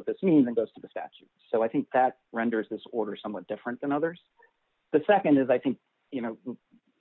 what this means and goes to the statute so i think that renders this order somewhat different than others the nd is i think you know